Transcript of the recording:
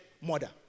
murder